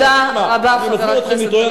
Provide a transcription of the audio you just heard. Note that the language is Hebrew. תודה רבה, חבר הכנסת בן-ארי.